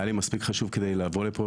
היה לי מספיק חשוב כדי לבוא לפה,